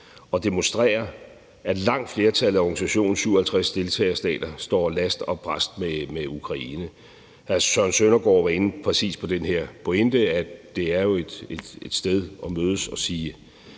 og demonstrere, at langt flertallet af organisationens 57 deltagerstater står last og brast med Ukraine. Hr. Søren Søndergaard var inde på præcis den her pointe om, at det jo er et sted at mødes og sige